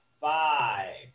Five